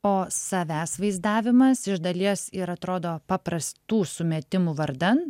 o savęs vaizdavimas iš dalies ir atrodo paprastų sumetimų vardan